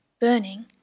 burning